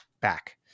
back